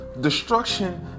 Destruction